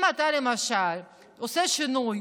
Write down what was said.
אם אתה למשל עושה שינוי